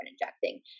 injecting